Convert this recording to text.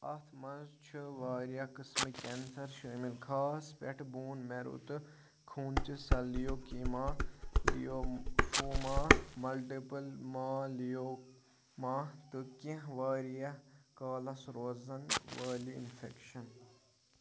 اَتھ منٛز چھِ واریاہ قٕسمٕکۍ کٮ۪نسَر شٲمِل خاص پٮ۪ٹھٕ بون میرو تہٕ خوٗنچہِ سٮ۪لہٕ leukaemia lymphoma multiple myeloma تہٕ کینٛہہ واریاہ کالَس روزَن وٲلہِ انفٮ۪کشَن